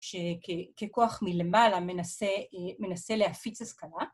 שככוח מלמעלה מנסה להפיץ הסכמה.